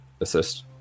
assist